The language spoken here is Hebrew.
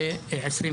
ל-22'